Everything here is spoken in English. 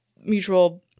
mutual